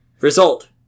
Result